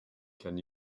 can